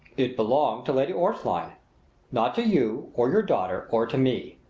it belonged to lady orstline not to you or your daughter or to me.